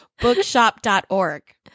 bookshop.org